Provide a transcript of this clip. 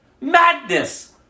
Madness